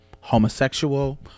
homosexual